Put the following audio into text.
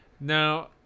Now